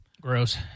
Gross